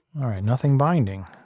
all right, nothing binding.